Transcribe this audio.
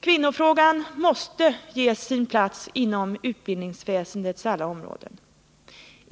Kvinnofrågan måste ges sin plats inom utbildningsväsendets alla områden.